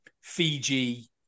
Fiji